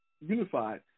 unified